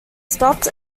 stopped